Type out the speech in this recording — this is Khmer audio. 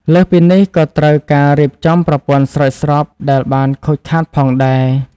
លើសពីនេះ ក៏ត្រូវការរៀបចំប្រព័ន្ធស្រោចស្រពដែលបានខូចខាតផងដែរ។